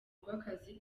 rw’akazi